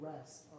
rest